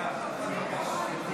הכלכלה.